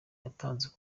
yatanzwe